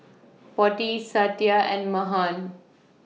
Potti Satya and Mahan